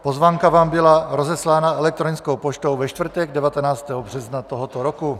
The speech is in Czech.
Pozvánka vám byla rozeslána elektronickou poštou ve čtvrtek 19. března tohoto roku.